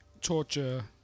torture